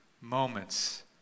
moments